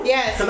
Yes